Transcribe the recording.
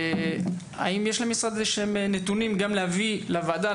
האם יש למשרד נתונים להביא לוועדה,